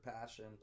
passion